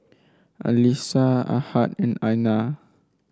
Alyssa Ahad and Aina